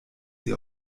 sie